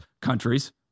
countries